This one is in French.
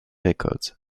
records